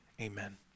amen